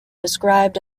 described